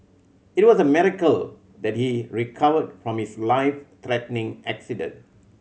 it was a miracle that he recovered from his life threatening accident